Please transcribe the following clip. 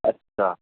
আচ্ছা